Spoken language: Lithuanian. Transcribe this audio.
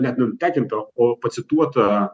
nenutekinta o pacituota